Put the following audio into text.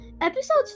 Episode